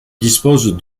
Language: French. disposent